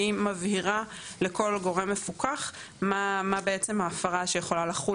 שהיא מבהירה לכל גורם מפוקח מה בעצם ההפרה שיכולה לחול